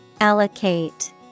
Allocate